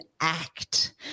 act